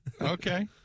Okay